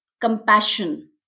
compassion